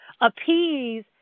appease